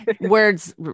Words